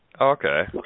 Okay